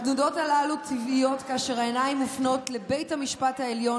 התנודות הללו טבעיות כאשר העיניים מופנות לבית המשפט העליון